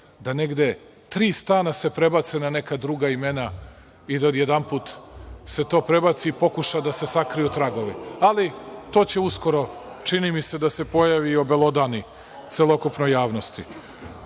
se negde tri stana prebace na neka druga imena i da se odjedanput to prebaci i pokuša da se sakriju tragovi. Ali, to će uskoro, čini mi se, da se pojavi i obelodani celokupnoj javnosti. On